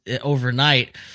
overnight